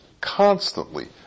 Constantly